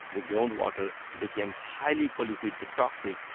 the groundwater became highly polluted, the toxic,